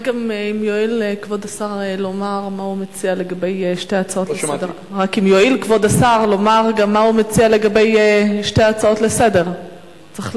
רק אם יואיל כבוד השר לומר גם מה הוא מציע לגבי שתי ההצעות לסדר-היום.